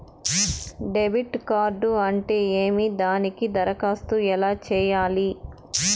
debit card అంటే ఏమి దానికి దరఖాస్తు ఎలా సేయాలి